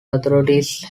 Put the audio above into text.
authorities